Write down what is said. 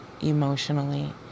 emotionally